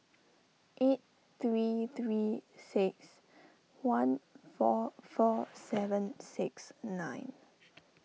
eight three three six one four four seven six nine